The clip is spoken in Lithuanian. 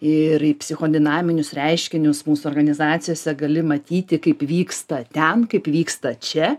ir į psichodinaminius reiškinius mūsų organizacijose gali matyti kaip vyksta ten kaip vyksta čia